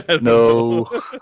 No